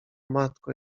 matko